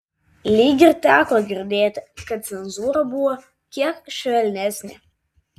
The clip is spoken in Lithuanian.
lyg ir teko girdėti kad cenzūra buvo kiek švelnesnė